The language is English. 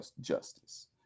justice